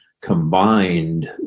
combined